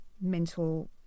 mental